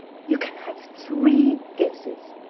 you can have three guesses.